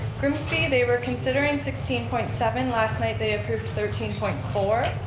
grimsby, they were considering sixteen point seven. last night they approved thirteen point four.